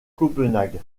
copenhague